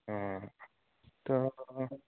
অঁ ত'